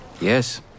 Yes